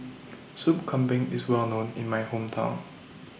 Soup Kambing IS Well known in My Hometown